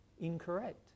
incorrect